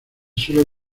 suele